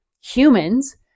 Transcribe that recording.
humans